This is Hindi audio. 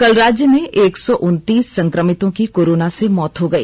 कल राज्य में एक सौ उनतीस संक्रमितों की कोरोना से मौत हो गई